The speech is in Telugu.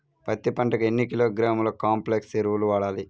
పత్తి పంటకు ఎన్ని కిలోగ్రాముల కాంప్లెక్స్ ఎరువులు వాడాలి?